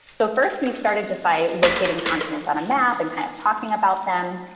so first we started just by locating continents on a map and kind of talking about them.